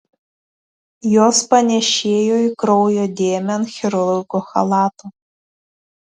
jos panėšėjo į kraujo dėmę ant chirurgo chalato